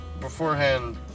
beforehand